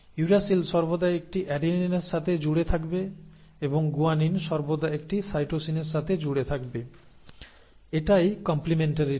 uracil সর্বদা একটি অ্যাডেনিনের সাথে জুড়ে থাকবে এবং গুয়ানিন সর্বদা একটি সাইটোসিনের সাথে জুড়ে থাকবে এটাই কম্প্লেমেন্টারিটি